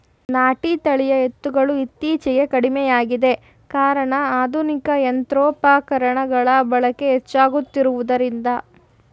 ನಾಟಿ ತಳಿಯ ಎತ್ತುಗಳು ಇತ್ತೀಚೆಗೆ ಕಡಿಮೆಯಾಗಿದೆ ಕಾರಣ ಆಧುನಿಕ ಯಂತ್ರೋಪಕರಣಗಳ ಬಳಕೆ ಹೆಚ್ಚಾಗುತ್ತಿರುವುದರಿಂದ